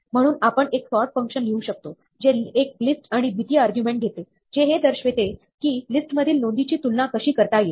म्हणून आपण एक सॉर्ट फंक्शन लिहू शकतो जे एक लिस्टआणि द्वितीय आर्ग्युमेंट घेतेजे हे दर्शवते की लिस्टमधील नोंदींची तुलना कशी करता येईल